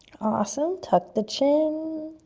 awesome, tuck the chin,